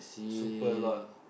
super lot